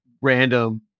random